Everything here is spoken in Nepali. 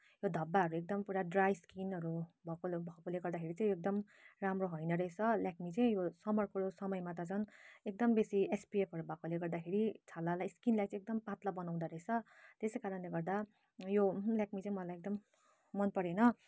यो धब्बाहरू एकदम पुरा ड्राइ स्किनहरू भएकोले भएकोले गर्दाखेरि चाहिँ एकदम राम्रो होइन रेहछ ल्याक्नमे चाहिँ यो समरको समयमा त झन् एकदमै बेसी एसपिएफहरू भएकोले गर्दाखेरि छालालाई स्किनलाई चाहिँ एकदम पातलो बनाउँदोरहेछ त्यसै कारणले गर्दा यो ल्याक्मे चाहिँ मलाई एकदम मन परेन